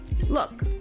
Look